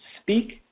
speak